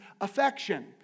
affection